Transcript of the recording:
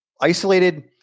isolated